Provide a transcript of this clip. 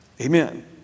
Amen